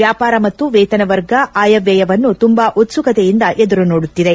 ವ್ಯಾಪಾರ ಮತ್ತು ವೇತನ ವರ್ಗ ಆಯವ್ದಯವನ್ನು ತುಂಬಾ ಉತ್ಸುಕತೆಯಿಂದ ಎದುರುನೋಡುತ್ತಿದೆ